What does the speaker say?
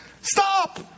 Stop